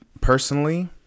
personally